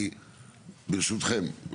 ברשותכם,